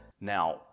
Now